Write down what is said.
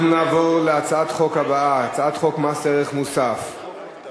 אנחנו נעבור להצעת החוק הבאה: הצעת חוק מס ערך מוסף (תיקון,